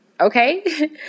Okay